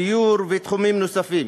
דיור ותחומים נוספים.